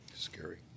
scary